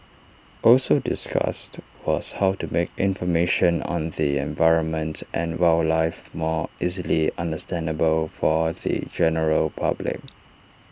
also discussed was how to make information on the environment and wildlife more easily understandable for the general public